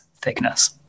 thickness